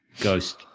ghost